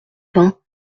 vingts